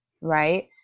right